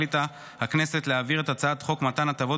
החליטה הכנסת להעביר את הצעת חוק מתן הטבות